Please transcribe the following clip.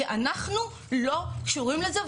כי אנחנו לא קשורים לזה,